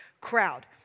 crowd